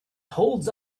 holds